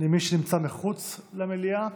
למי שנמצא מחוץ למליאה.